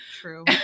True